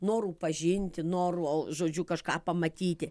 norų pažinti norų žodžiu kažką pamatyti